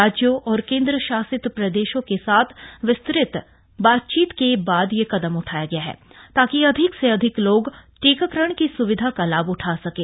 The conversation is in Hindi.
राज्यों और केंद्रशासित प्रदेशों के साथ विस्तृत बातचीत के बाद यह कदम उठाया गया है ताकि अधिक से अधिक लोग टीकाकरण की सुविधा का लाभ उठा सकें